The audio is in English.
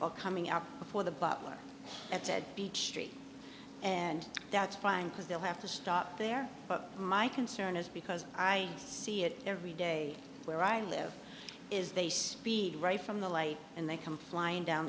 e coming out before the butler at said beach street and that's fine because they'll have to stop there but my concern is because i see it every day where i live is they speed right from the light and they come flying down